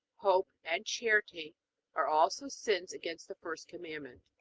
hope, and charity are also sins against the first commandment.